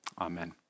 Amen